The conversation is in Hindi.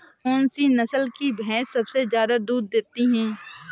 कौन सी नस्ल की भैंस सबसे ज्यादा दूध देती है?